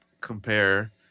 compare